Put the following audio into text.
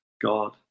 God